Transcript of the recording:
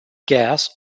gas